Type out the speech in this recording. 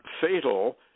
fatal